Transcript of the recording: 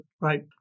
Right